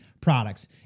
products